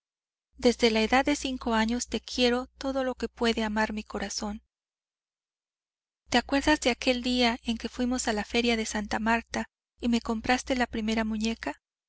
desde la edad de cinco años te quiero todo lo que puede amar mi corazón te acuerdas de aquel día en que fuimos a la feria de santa marta y me compraste la primera muñeca